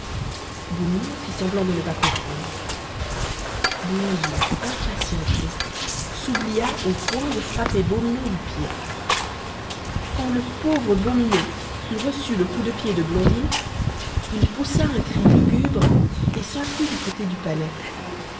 beau minon fit semblant de ne pas comprendre blondine impatientée s'oublia au point de frapper beau minon du pied quand le pauvre beau minon eut reçu le coup de pied de blondine il poussa un cri lugubre et s'enfuit du côté du palais